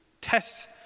tests